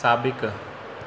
साबिक़ु